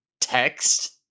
text